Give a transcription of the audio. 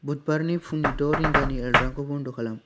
बुधबारनि फुंनि द' रिंगानि एलार्मखौ बन्द' खालाम